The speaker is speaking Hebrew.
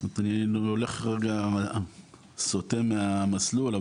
אני הולך רגע סוטה מהמסלול,